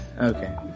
Okay